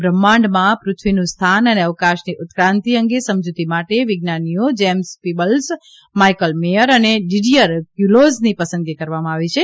બ્રહ્માંડમાં પૃથ્વીનું સ્થાન અને અવકાશની ઉત્કાંતિ અંગે સમજૂતી માટે વિજ્ઞાનીઓ જેમ્સ પીબલ્સ માઇકલ મેથર અને ડીડીયર ક્વ્યલોઝની પસંદગી કરવામાં આવી છે